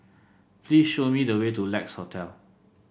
please show me the way to Lex Hotel